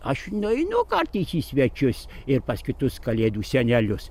aš nueinu kartais į svečius ir pas kitus kalėdų senelius